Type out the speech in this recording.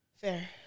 Fair